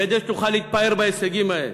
כדי שתוכל להתפאר בהישגים האלה.